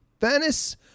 Venice